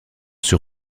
sur